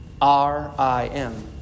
R-I-M